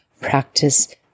practice